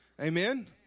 Amen